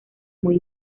muy